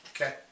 Okay